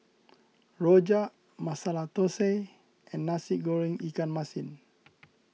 Rojak Masala Thosai and Nasi Goreng Ikan Masin